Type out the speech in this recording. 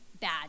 bad